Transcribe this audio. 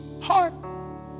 heart